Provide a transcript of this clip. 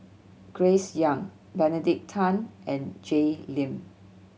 Grace Young Benedict Tan and Jay Lim